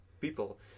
people